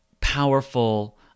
powerful